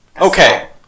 Okay